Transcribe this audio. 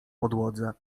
podłodze